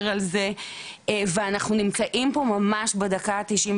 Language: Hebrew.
על זה ואנחנו נמצאים פה ממש בדקה ה-99,